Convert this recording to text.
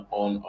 on